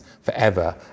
forever